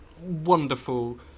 wonderful